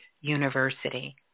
university